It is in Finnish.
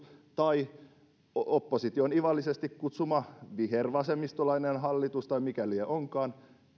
tai opposition ivallisesti kutsuma vihervasemmistolainen hallitus tai mikä lie onkaan